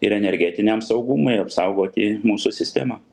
ir energetiniam saugumui apsaugoti mūsų sistemą